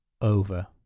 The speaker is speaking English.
over